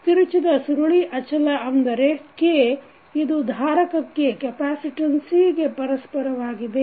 ತಿರುಚಿದ ಸುರುಳಿ ಅಚಲ ಅಂದರೆ K ಇದು ಧಾರಕಕ್ಕೆ C ಪರಸ್ಪರವಾಗಿದೆ